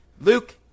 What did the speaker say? Luke